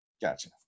Gotcha